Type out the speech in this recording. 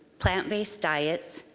plant-based diets,